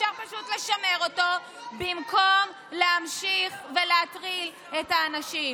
ואפשר פשוט לשמר אותו במקום להמשיך להטריל את האנשים.